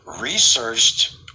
researched